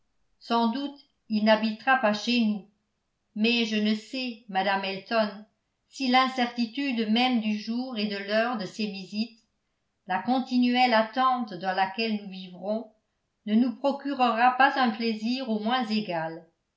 sans doute il n'habitera pas chez nous mais je ne sais mme elton si l'incertitude même du jour et de l'heure de ses visites la continuelle attente dans laquelle nous vivrons ne nous procurera pas un plaisir au moins égal